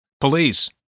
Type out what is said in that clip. Police